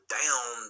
down